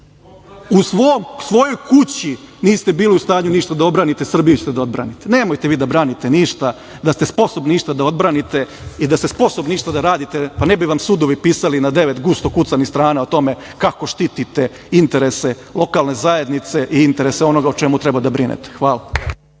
U svojoj kući niste bili u stanju ništa da odbranite, Srbiju ćete da odbranite. Nemojte vi da branite ništa. Da ste sposobni išta da odbranite i da ste sposobni išta da radite, pa ne bi vam sudovi pisali na devet gusto kucanih strana o tome kako štitite interese lokalne zajednice i interese onoga o čemu treba da brinete. Hvala.